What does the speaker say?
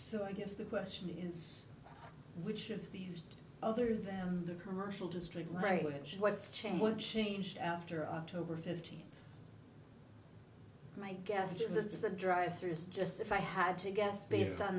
so i guess the question is which of these other than the commercial district right which is what's changed what changed after october fifteenth my guess is it's the drive through is just if i had to guess based on